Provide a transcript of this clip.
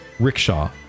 rickshaw